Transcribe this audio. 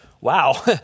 Wow